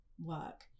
work